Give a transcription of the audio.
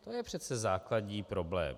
To je přece základní problém!